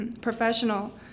professional